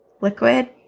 liquid